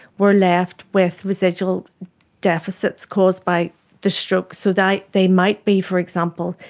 were left with residual deficits caused by the stroke. so they they might be, for example,